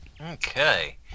Okay